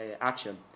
action